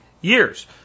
years